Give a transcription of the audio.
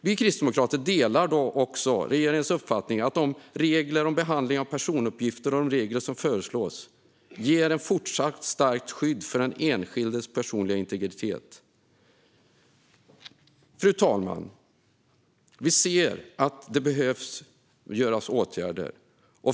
Vi kristdemokrater delar regeringens uppfattning att reglerna om behandling av personuppgifter och de regler som föreslås ger ett fortsatt starkt skydd för den enskildes personliga integritet. Fru talman! Vi ser att det behöver vidtas åtgärder.